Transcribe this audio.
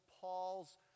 Paul's